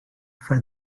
for